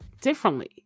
differently